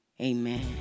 amen